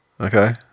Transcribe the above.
okay